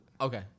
Okay